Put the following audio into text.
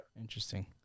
Interesting